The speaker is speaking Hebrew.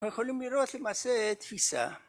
‫אנחנו יכולים לראות למעשה תפיסה.